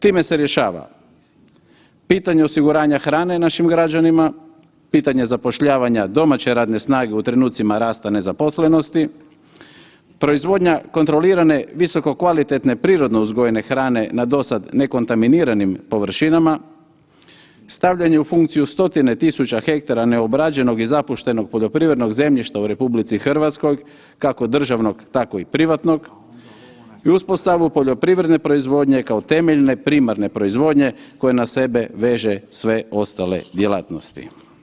Time se rješava pitanje osiguranja hrane našim građanima, pitanje zapošljavanja domaće radne snage u trenucima rasta nezaposlenosti, proizvodnja kontrolirane visokokvalitetne prirodno uzgojene hrane na do sada ne kontaminiranim površinama, stavljanje u funkciju stotine tisuća hektara neobrađenog i zapuštenog poljoprivrednog zemljišta u RH kako državnog tako i privatnog i uspostavu poljoprivredne proizvodnje kao temeljne primarne proizvodnje koja na sebe veže sve ostale djelatnosti.